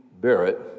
Barrett